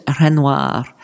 Renoir